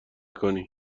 کنی